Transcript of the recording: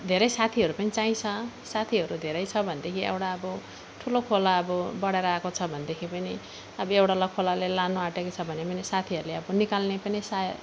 धेरै साथीहरू पनि चाहिन्छ साथीहरू धेरै छ भनेदेखि एउटा अब ठुलो खोला अब बढेर आएको छ भनेदेखि पनि अब एउटालाई खोलाले लानु आटेको छ भने भने साथीहरूले अब निकाल्ने पनि साय